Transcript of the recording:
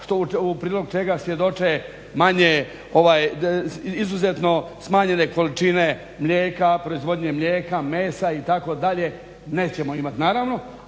u prilog čega svjedoče izuzetno smanjene količine mlijeka, proizvodnje mlijeka, mesa itd. nećemo imati naravno.